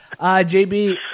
JB